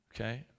Okay